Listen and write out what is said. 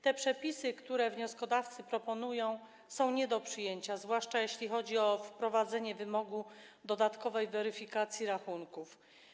Te przepisy, które proponują wnioskodawcy, są nie do przyjęcia, zwłaszcza jeśli chodzi o wprowadzenie wymogu dodatkowej weryfikacji rachunków.